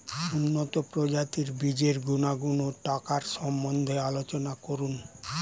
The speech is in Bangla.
উন্নত প্রজাতির বীজের গুণাগুণ ও টাকার সম্বন্ধে আলোচনা করুন